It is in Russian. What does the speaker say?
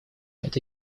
эта